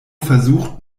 versucht